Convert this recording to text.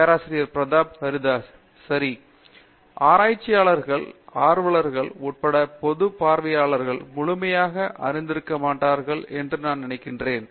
பேராசிரியர் பிரதாப் ஹரிதாஸ் சரி ஆராய்ச்சியாளர்கள் ஆர்வலர்கள் உட்பட பொது பார்வையாளர்கள் முழுமையாக அறிந்திருக்க மாட்டார்கள் என்று நான் நினைக்கிறேன்